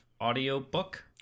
audiobook